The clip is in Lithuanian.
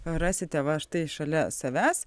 rasite va štai šalia savęs